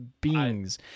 beings